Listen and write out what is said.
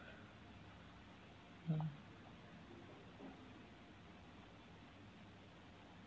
mm